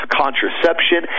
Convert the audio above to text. contraception